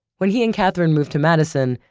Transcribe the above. when he and katherine moved to madison,